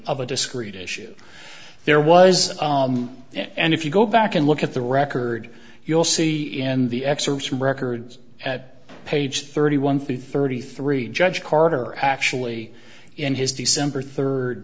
of a discreet issue there was and if you go back and look at the record you'll see in the excerpts from records at page thirty one through thirty three judge carter actually in his december